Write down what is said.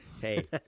Hey